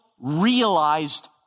realized